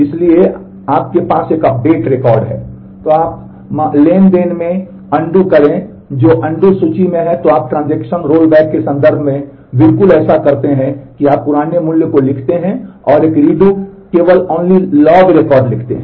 इसलिए यदि आपके पास एक अपडेट रिकॉर्ड है तो आप मा ट्रांज़ैक्शन में अनडू लॉग रिकॉर्ड लिखते हैं